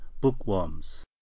bookworms